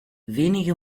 wenige